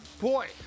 Boy